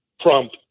Trump